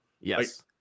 Yes